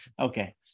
Okay